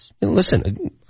Listen